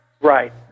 Right